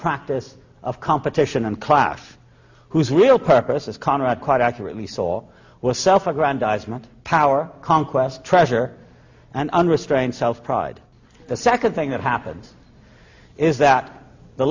practice of competition and class whose real purpose is comrade quite accurately saw was self aggrandizement power conquest treasure and unrestrained self pride the second thing that happens is that the